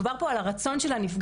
מדובר פה על הרצון של הנפגעת,